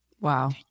Wow